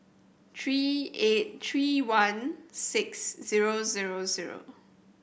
three eight three one six zero zero zero